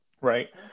right